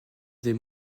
des